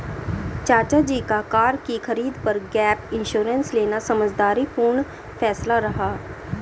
चाचा जी का कार की खरीद पर गैप इंश्योरेंस लेना समझदारी पूर्ण फैसला रहा